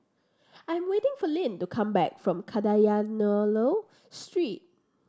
I am waiting for Lynn to come back from Kadayanallur Street